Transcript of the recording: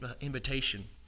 invitation